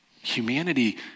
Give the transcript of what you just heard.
Humanity